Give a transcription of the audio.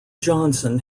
johnson